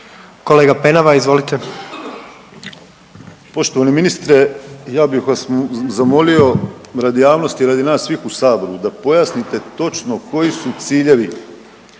**Penava, Ivan (DP)** Poštovani ministre, ja bih vas zamolio radi javnosti, radi nas svih u Saboru da pojasnite točno koji su ciljevi